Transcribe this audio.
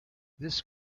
this